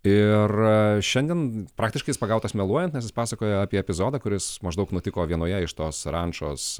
ir šiandien praktiškai jis pagautas meluojant nes jis pasakoja apie epizodą kuris maždaug nutiko vienoje iš tos rančos